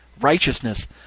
righteousness